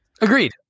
Agreed